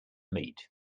meat